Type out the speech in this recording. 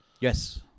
Yes